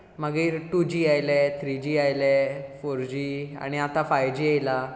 मागीर two G आयलें three G आयलें फोर जी आनी आतां फायव जी येयलां